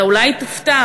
אתה אולי תופתע,